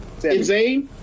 Zayn